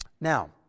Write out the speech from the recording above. Now